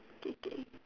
k k